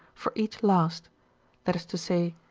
for each last that is to say,